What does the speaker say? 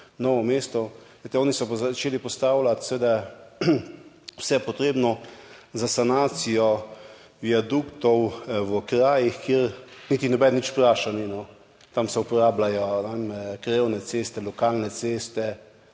Novo mesto, oni so pa začeli postavljati vse potrebno za sanacijo viaduktov v krajih, kjer nihče niti nič vprašal ni. Tam se uporabljajo krajevne ceste, lokalne ceste,